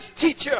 teacher